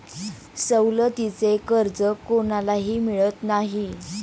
सवलतीचे कर्ज कोणालाही मिळत नाही